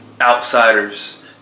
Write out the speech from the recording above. outsiders